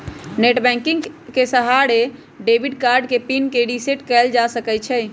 net banking के सहारे से सेहो डेबिट कार्ड के पिन के रिसेट कएल जा सकै छइ